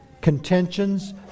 contentions